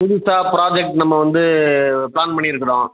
புதுசாக ப்ராஜெக்ட் நம்ம வந்து ப்ளான் பண்ணிருக்கிறோம்